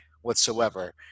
whatsoever